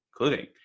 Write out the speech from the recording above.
including